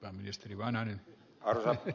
pääministeri toiminnan kannalta